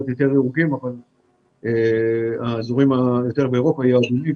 יותר ירוקים והאזורים באירופה יהיו אדומים.